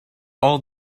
all